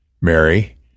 Mary